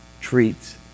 treats